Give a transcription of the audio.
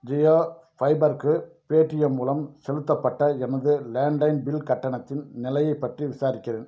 Jio fibre க்கு Paytm மூலம் செலுத்தப்பட்ட எனது லேண்ட்லைன் பில் கட்டணத்தின் நிலையைப் பற்றி விசாரிக்கிறேன்